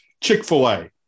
Chick-fil-A